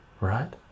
right